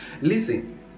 Listen